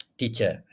teacher